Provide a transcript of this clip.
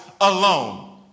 alone